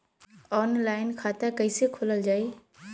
Online खाता कईसे खोलल जाई?